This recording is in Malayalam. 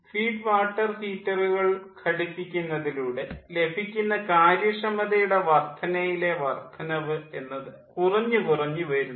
ഫീഡ് വാട്ടർ ഹീറ്ററുകൾ ഘടിപ്പിക്കുന്നതിലൂടെ ലഭിക്കുന്ന കാര്യക്ഷമതയുടെ വർദ്ധനയിലെ വർദ്ധനവ് എന്നത് കുറഞ്ഞു കുറഞ്ഞു വരുന്നു